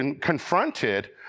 confronted